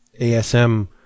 ASM